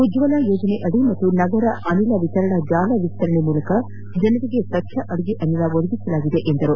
ಉಜ್ವಲ ಯೋಜನೆಯಡಿ ಹಾಗೂ ನಗರ ಅನಿಲ ವಿತರಣಾ ಜಾಲ ವಿಸ್ತರಿಸುವ ಮೂಲಕ ಜನರಿಗೆ ಸ್ವಚ್ದ ಅಡುಗೆ ಅನಿಲ ಒದಗಿಸಲಾಗಿದೆ ಎಂದು ಹೇಳಿದರು